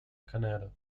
canada